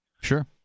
Sure